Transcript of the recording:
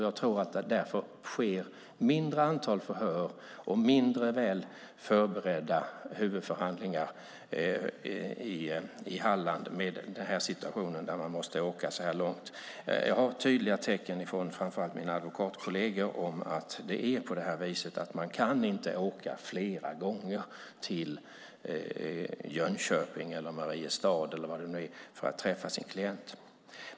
Jag tror att det därför genomförs ett mindre antal förhör och mindre väl förberedda huvudförhandlingar i Halland i den här situationen där man måste åka så långt. Jag har fått tydliga tecken, framför allt från mina advokatkolleger, om att man inte kan åka flera gånger till Jönköping, Mariestad eller någon annanstans för att träffa sin klient.